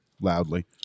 loudly